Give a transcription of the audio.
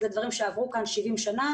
זה דברים שעברו כאן 70 שנה.